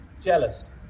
jealous